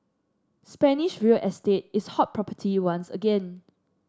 Spanish real estate is hot property once again